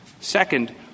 Second